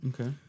Okay